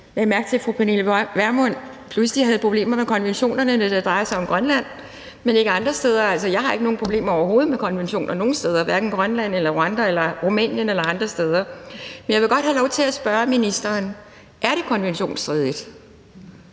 lagde mærke til, at fru Pernille Vermund pludselig havde problemer med konventionerne, når det drejede sig om Grønland, men ikke andre steder. Altså, jeg har ikke nogen problemer overhovedet i forhold til konventioner nogen steder, hverken i Grønland eller i Rwanda eller i Rumænien eller andre steder. Så jeg vil godt spørge ministeren: Er det konventionsstridigt